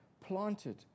planted